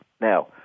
now